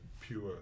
pure